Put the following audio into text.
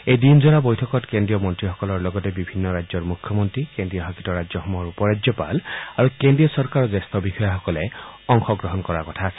এই দিনজোৰা বৈঠকত কেন্দ্ৰীয় মন্ত্ৰীসকলৰ লগতে বিভিন্ন ৰাজ্যৰ মুখ্যমন্ত্ৰী কেন্দ্ৰীয়শাসিত ৰাজ্যসমূহৰ উপ ৰাজ্যপাল আৰু কেন্দ্ৰীয় চৰকাৰৰ জ্যেষ্ঠ বিষয়াসকলে অংশগ্ৰহণ কৰাৰ কথা আছে